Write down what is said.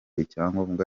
icyangombwa